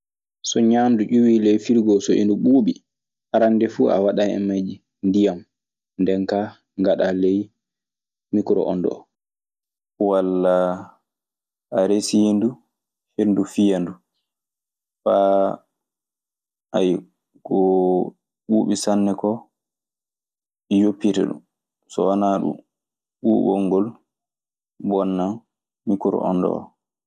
So ñaandu ƴuwii ley firigo, so endu ɓuuɓi arannde fuu a waɗan e mayru ndiyam; ndenkaa ngaɗaa ley mikoroonde oo. Walla a resii ndu henndu fiya ndu faa, ayiwa, ko ɓuuɓi sanne koo yoppita ɗun. So wanaa ɗun ɓuuɓol ngol bonnan mikoroonde oo.